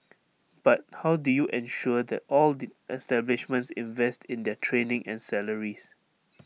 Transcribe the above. but how do you ensure that all the establishments invest in their training and salaries